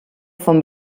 font